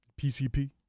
PCP